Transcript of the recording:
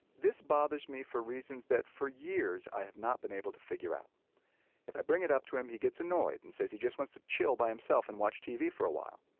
this bothers me for reasons that for years i have not been able to figure out if i bring it up to him. he gets annoyed and says he just wants to chill by himself and watch tv for a while.